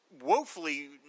woefully